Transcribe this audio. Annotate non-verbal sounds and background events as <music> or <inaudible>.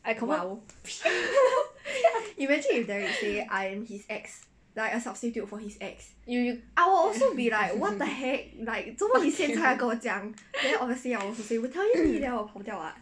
I confirm <noise> you you fuck you